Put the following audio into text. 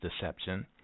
deception